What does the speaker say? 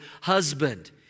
husband